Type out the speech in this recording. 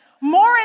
more